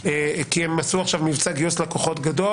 כי הם עשו עכשיו מבצע יוס לקוחות גדול